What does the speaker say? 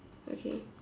okay